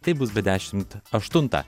tai bus be dešimt aštuntą